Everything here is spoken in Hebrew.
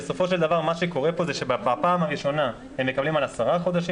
מה שקורה פה זה שבפעם הראשונה הם מקבלים על עשרה חודשים